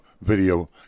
video